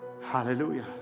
Hallelujah